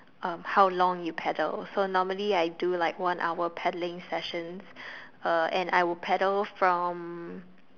uh how long you paddle so normally I do like one hour paddling sessions uh and I would paddle from